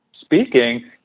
speaking